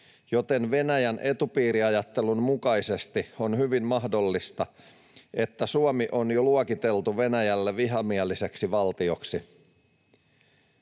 joten Venäjän etupiiriajattelun mukaisesti on hyvin mahdollista, että Suomi on jo luokiteltu Venäjälle vihamieliseksi valtioksi.